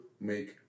make